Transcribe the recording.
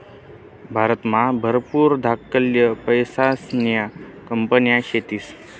भारतमा भरपूर धाकल्या पैसासन्या कंपन्या शेतीस